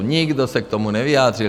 Nikdo se k tomu nevyjádřil.